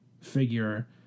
figure